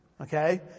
Okay